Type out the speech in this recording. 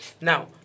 Now